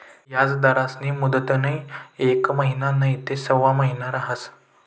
याजदरस्नी मुदतनी येक महिना नैते सऊ महिना रहास